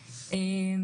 אשר.